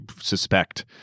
suspect